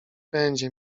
będzie